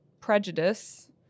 prejudice